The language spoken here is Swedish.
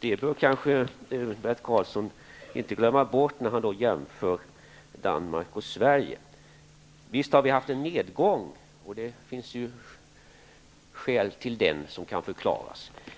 Det bör Bert Karlsson inte glömma bort när han jämför Danmark med Visst har vi haft en nedgång. Det finns förklarliga skäl i det avseendet.